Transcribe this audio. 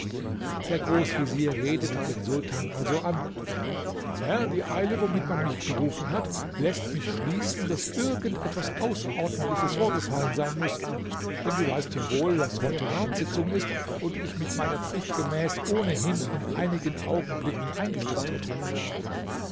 der großvezier redete den sultan also an herr die eile womit man mich berufen hat läßt mich schließen daß irgend etwas außerordentliches vorgefallen sein muß denn du weißt ja wohl daß heute ratssitzung ist und ich mich meiner pflicht gemäß ohnehin in einigen augenblicken eingestellt hätte